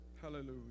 Hallelujah